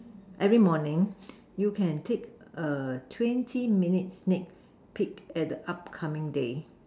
every morning you can take a twenty minutes next peek and up coming day